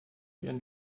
ihren